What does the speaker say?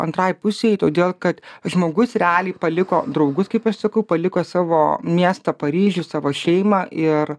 antrajai pusei todėl kad žmogus realiai paliko draugus kaip aš sakau paliko savo miestą paryžių savo šeimą ir